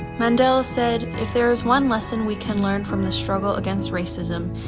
mandela said, if there is one lesson we can learn from the struggle against racism,